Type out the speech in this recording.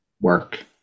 work